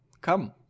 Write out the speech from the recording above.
come